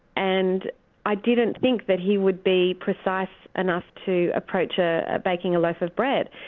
and i didn't think that he would be precise enough to approach ah baking a loaf of bread.